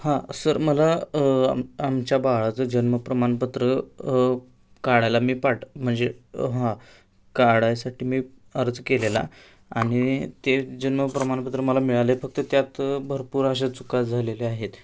हां सर मला आम आमच्या बाळाचं जन्म प्रमाणपत्र काढायला मी पाट म्हणजे हां काढायसाठी मी अर्ज केलेला आणि ते जन्म प्रमाणपत्र मला मिळालं आहे फक्त त्यात भरपूर अशा चुका झालेल्या आहेत